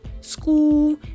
school